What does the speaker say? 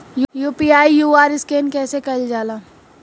UPI QR scan कइसे कईल जा ला?